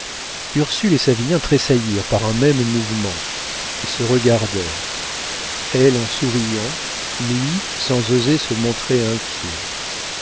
ursule et savinien tressaillirent par un même mouvement et se regardèrent elle en souriant lui sans oser se montrer inquiet